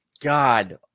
God